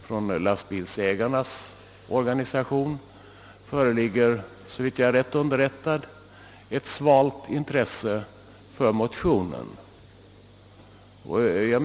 Från lastbilsägarnas organisation föreligger, om jag är rätt underrättad, ett svalt intresse för motionen.